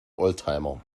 oldtimer